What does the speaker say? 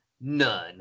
none